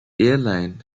airline